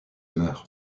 meurt